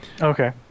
Okay